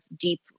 deep